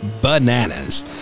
Bananas